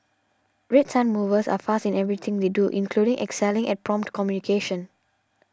Red Sun Movers are fast in everything they do including excelling at prompt communication